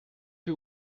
you